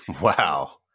Wow